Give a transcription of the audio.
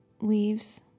leaves